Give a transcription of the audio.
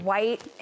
White